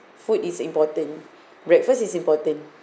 food is important breakfast is important